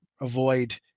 avoid